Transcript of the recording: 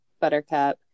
Buttercup